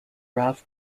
ralph